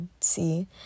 see